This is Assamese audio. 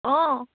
অঁ